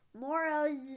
Moros